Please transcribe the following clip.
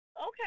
Okay